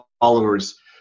followers